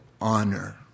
honor